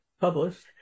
published